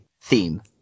theme